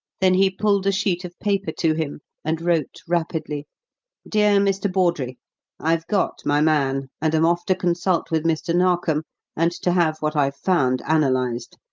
then he pulled a sheet of paper to him and wrote rapidly dear mr. bawdrey i've got my man, and am off to consult with mr. narkom and to have what i've found analysed.